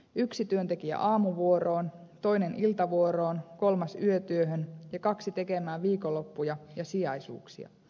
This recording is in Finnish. yksi työntekijä aamuvuoroon toinen iltavuoroon kolmas yötyöhön ja kaksi tekemään viikonloppuja ja sijaisuuksia